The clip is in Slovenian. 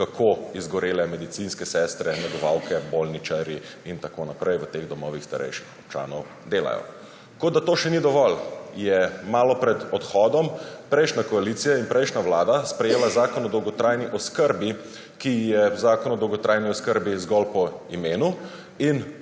kako izgorele medicinske sestre, negovalke, bolničarji in tako naprej v teh domovih starejših občanov delajo. Kot da to še ni dovolj, je malo pred odhodom prejšnja koalicija in prejšnja vlada sprejela zakon o dolgotrajni oskrbi, ki je zakon o dolgotrajni oskrbi zgolj po imenu, in